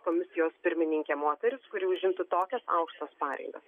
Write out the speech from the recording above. komisijos pirmininkė moteris kuri užimtų tokias aukštas pareigas